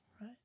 Right